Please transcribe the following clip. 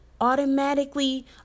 automatically